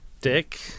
Dick